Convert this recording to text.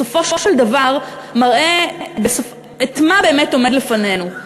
בסופו של דבר מראה מה באמת עומד לפנינו.